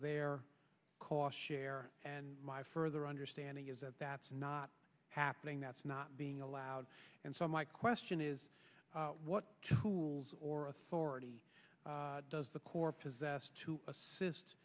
their cause share and my further understanding is that that's not happening that's not being allowed and so my question is what tools or authority does the corps possess to assist